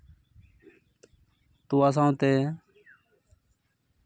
ᱛᱳᱣᱟ ᱥᱟᱶᱛᱮ